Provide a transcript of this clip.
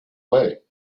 way